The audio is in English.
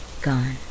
gone